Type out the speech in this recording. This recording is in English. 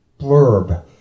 blurb